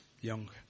Young